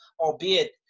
albeit